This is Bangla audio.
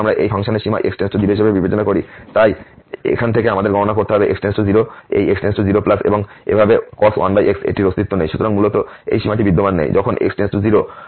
যখন আমরা এই ফাংশনের সীমা x → 0হিসাবে বিবেচনা করি তাই এখানে থেকে আমাদের গণনা করতে হবে যখন x → 0 এই x→0 এবং এভাবে cos 1x এটির অস্তিত্ব নেই সুতরাং মূলত এই সীমাটি বিদ্যমান নেই যখন x → 0